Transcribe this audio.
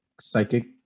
psychic